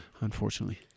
unfortunately